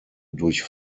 durch